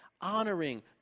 honoring